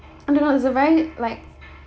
I don't know it's a very like